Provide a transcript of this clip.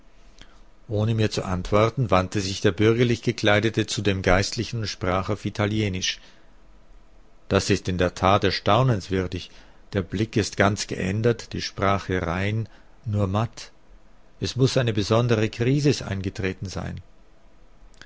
ohne mir zu antworten wandte sich der bürgerlich gekleidete zu dem geistlichen und sprach auf italienisch das ist in der tat erstaunenswürdig der blick ist ganz geändert die sprache rein nur matt es muß eine besondere krisis eingetreten sein